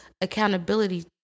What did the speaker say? accountability